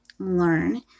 learn